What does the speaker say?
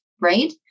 right